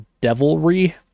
devilry